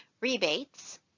rebates